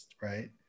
right